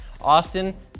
Austin